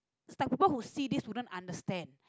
is like people who see this wouldn't understand